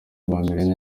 bameranye